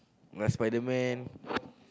yeah Spiderman